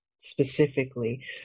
specifically